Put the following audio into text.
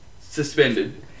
Suspended